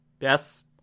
yes